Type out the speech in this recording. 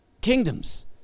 kingdoms